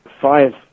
Five